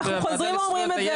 ואנחנו חוזרים ואומרים את זה,